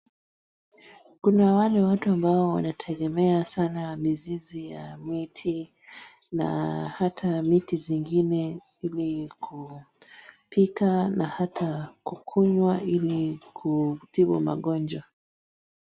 Kuna wale watu ambao wanategemea sana mizizi ya miti na hata miti zingine ili kupika ama kukunywa ili kutibu magonjwa.